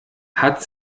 hat